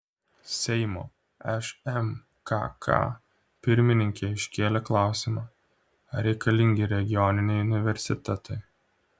seimo šmkk pirmininkė iškėlė klausimą ar reikalingi regioniniai universitetai